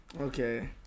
Okay